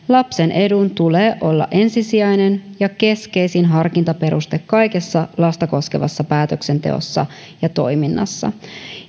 lapsen edun tulee olla ensisijainen ja keskeisin harkintaperuste kaikessa lasta koskevassa päätöksenteossa ja toiminnassa